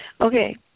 Okay